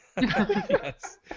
Yes